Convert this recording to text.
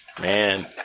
Man